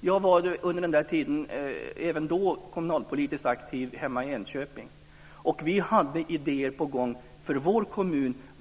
Jag var under denna tid även kommunalpolitiskt aktiv hemma i Enköping. Vi hade idéer på gång för